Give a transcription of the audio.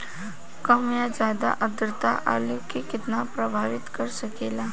कम या ज्यादा आद्रता आलू के कितना प्रभावित कर सकेला?